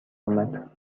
آمد